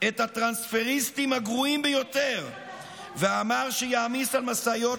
את הטרנספריסטים הגרועים ביותר ואמר שיעמיס על משאיות